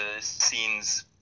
scenes